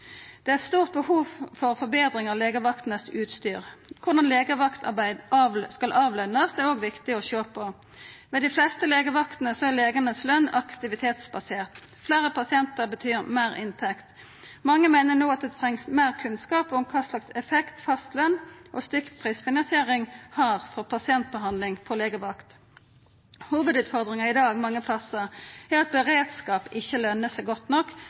Det er eit stort behov for forbetring av utstyret til legevaktene. Korleis legevaktarbeid skal lønast, er det òg viktig å sjå på. Ved dei fleste legevaktene er løna til legane aktivitetsbasert. Fleire pasientar betyr meir inntekt. Mange meiner no at ein treng meir kunnskap om kva effekt fastløn og stykkprisfinansiering har for pasientbehandlinga på legevaktene. Hovudutfordringa i dag mange plassar er at beredskap ikkje er lønsamt nok,